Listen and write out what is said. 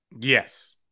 yes